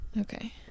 Okay